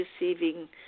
receiving